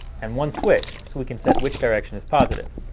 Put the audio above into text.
and one switch so we can set which direction is positive.